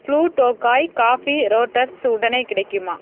flu Tokai coffee roasters உடனே கிடைக்குமா